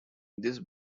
these